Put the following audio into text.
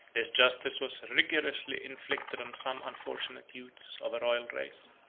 this justice was rigorously inflicted on some unfortunate youths of a royal race.